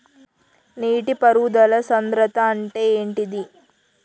నీటి పారుదల సంద్రతా అంటే ఏంటిది?